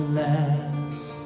last